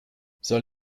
soll